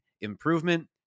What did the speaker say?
improvement